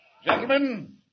Gentlemen